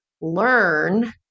learn